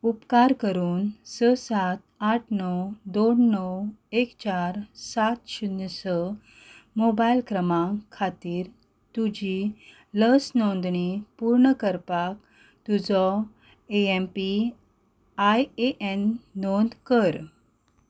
उपकार करून स सात आठ णव दोन णव एक चार सात शुन्य स मोबायल क्रमांक खातीर तुजी लस नोंदणी पूर्ण करपाक तुजो एम पी आय एन नोंद कर